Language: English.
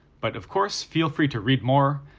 but of course feel free to read more,